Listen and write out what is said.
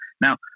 Now